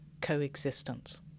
coexistence